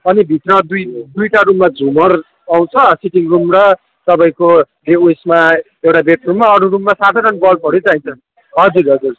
अनि भित्र दुई दुईवटा रुममा झुमर आउँछ सिटिङ रुम र तपाईँको यो उसमा एउटा बेडरुममा अरू रुममा साधारण बल्बहरू चाहिन्छन् हजुर हजुर